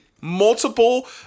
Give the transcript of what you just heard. multiple